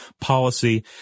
policy